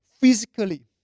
Physically